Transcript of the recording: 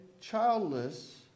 childless